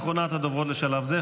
אחרונת הדוברות לשלב זה,